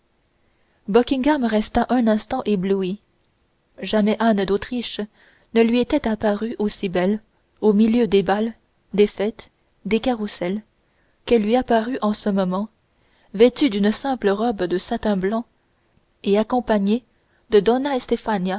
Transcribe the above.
resta un instant ébloui jamais anne d'autriche ne lui était apparue aussi belle au milieu des bals des fêtes des carrousels qu'elle lui apparut en ce moment vêtue d'une simple robe de satin blanc et accompagnée de doa